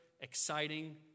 exciting